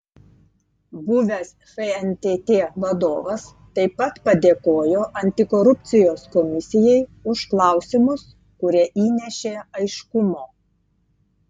buvęs fntt vadovas taip pat padėkojo antikorupcijos komisijai už klausimus kurie įnešė aiškumo